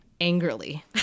Angrily